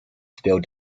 still